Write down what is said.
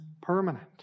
permanent